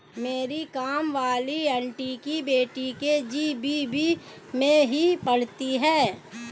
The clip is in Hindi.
मेरी काम वाली आंटी की बेटी के.जी.बी.वी में ही पढ़ती है